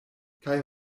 kaj